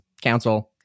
council